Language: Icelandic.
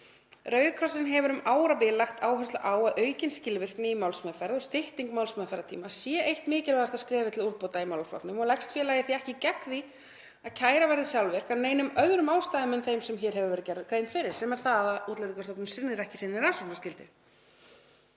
„Rauði krossinn hefur um árabil lagt áherslu á að aukin skilvirkni í málsmeðferð og stytting málsmeðferðartíma sé eitt mikilvægasta skrefið til úrbóta í málaflokknum og leggst félagið því ekki gegn því að kæra verði sjálfvirk af neinum öðrum ástæðum en þeim sem hér hefur verið gerð grein fyrir.“ — Sem er það að Útlendingastofnun sinnir ekki rannsóknarskyldu